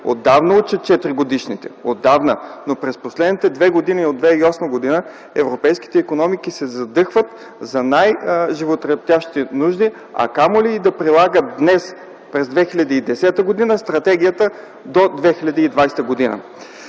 отдавна учат четиригодишните. Отдавна! Но през последните две години, от 2008 г., европейските икономики се задъхват за най-животрептящите нужди, камо ли да прилагат днес, през 2010 г., Стратегията до 2020 г.